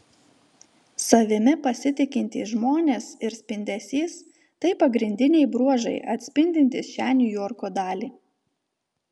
savimi pasitikintys žmonės ir spindesys tai pagrindiniai bruožai atspindintys šią niujorko dalį